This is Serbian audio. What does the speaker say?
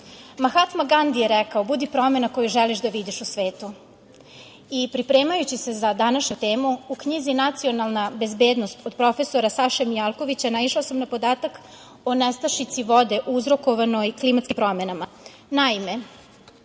Mahatma Gandi je rekao – budi promena koju želiš da vidiš u svetu. Pripremajući se za današnju temu u knjizi Nacionalna bezbednost od profesora Saše Mijalkovića našla sam na podataka o nestašici vode uzrokovanoj klimatskim promenama.